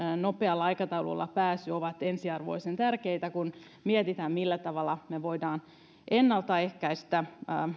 nopealla aikataululla pääsy ovat ensiarvoisen tärkeitä kun mietitään millä tavalla me voimme ennaltaehkäistä